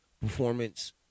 performance